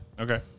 Okay